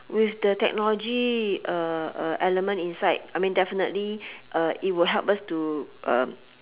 with the technology uh uh element inside I mean definitely uh it will help us to um